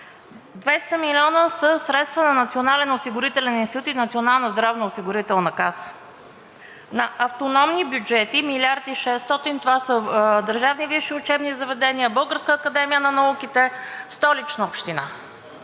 200 милиона са средствата на Националния осигурителен институт и Националната здравноосигурителна каса; на автономни бюджети 1 млрд. и 600, това са държавни висши учебни заведения, Българската академия на науките, Столичната община